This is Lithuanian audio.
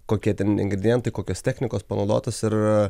kokie ten ingridientai kokios technikos panaudotos ir